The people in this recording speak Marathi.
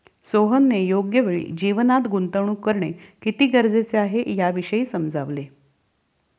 सोहनने योग्य वेळी जीवनात गुंतवणूक करणे किती गरजेचे आहे, याविषयी समजवले